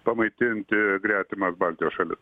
pamaitinti gretimas baltijos šalis